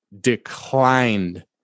declined